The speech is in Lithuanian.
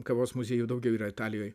kavos muziejų daug yra italijoj